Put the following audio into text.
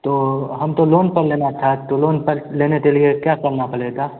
तो हमको लोन पर लेना था तो लोन पर लेने के लिए क्या करना पड़ेगा